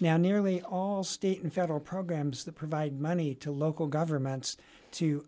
now nearly all state and federal programs that provide money to local governments to